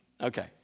Okay